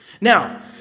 Now